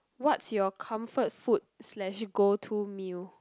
what's your comfort food slash go to meal